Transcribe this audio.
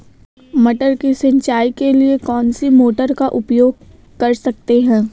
मटर की सिंचाई के लिए कौन सी मोटर का उपयोग कर सकते हैं?